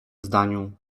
zdaniu